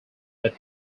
but